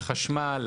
החשמל,